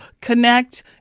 connect